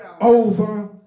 over